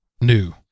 new